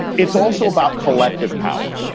it's also about collective power.